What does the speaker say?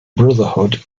brotherhood